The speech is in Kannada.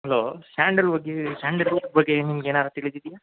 ಅಲೋ ಸ್ಯಾಂಡಲ್ ಬಗ್ಗೆ ಸ್ಯಾಂಡಲ್ವುಡ್ ಬಗ್ಗೆ ನಿಮ್ಗೆ ಏನಾರೂ ತಿಳಿದಿದೆಯಾ